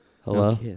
Hello